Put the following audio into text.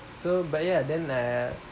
so ya but then ah